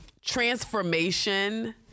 transformation